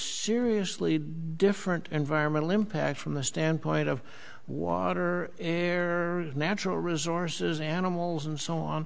seriously different environmental impacts from the standpoint of water natural resources animals and so on